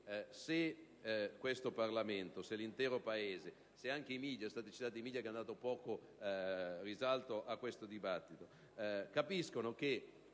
se questo Parlamento, se l'intero Paese, e anche i media - sono stati chiamati in causa perché hanno dato poco risalto a questo dibattito - capiscono che